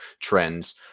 trends